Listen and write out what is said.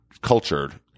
cultured